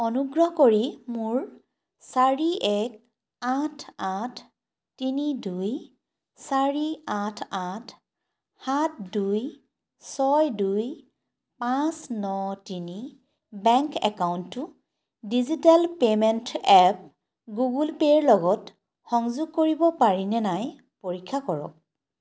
অনুগ্ৰহ কৰি মোৰ চাৰি এক আঠ আঠ তিনি দুই চাৰি আঠ আঠ সাত দুই ছয় দুই পাঁচ ন তিনি বেংক একাউণ্টটো digital payment app Google pay ৰ লগত সংযোগ কৰিব পাৰি নে নাই পৰীক্ষা কৰক